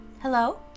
Hello